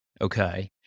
Okay